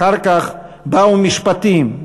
אחר כך באו משפטים,